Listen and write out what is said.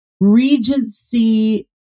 Regency